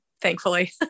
thankfully